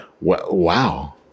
wow